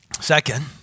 Second